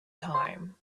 time